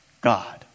God